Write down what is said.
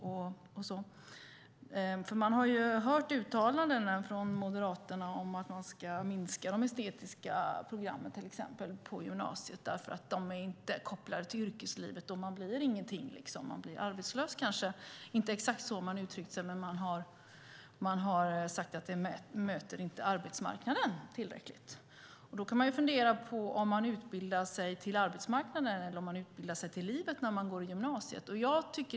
Moderaterna har uttalat att det ska ske en minskning av de estetiska programmen på gymnasiet därför att de inte är kopplade till yrkeslivet och man blir ingenting - kanske arbetslös. De har inte uttryckt sig exakt så, men de har sagt att utbildningarna inte möter arbetsmarknaden tillräckligt. Då kan man fundera över om man utbildar sig till arbetsmarknaden eller till livet när man går i gymnasiet.